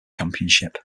championship